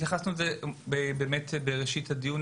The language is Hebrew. התייחסנו לזה בראשית הדיון,